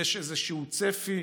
יש איזשהו צפי.